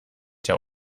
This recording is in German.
der